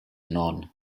non